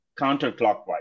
counterclockwise